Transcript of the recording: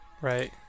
Right